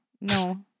no